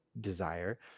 desire